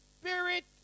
spirit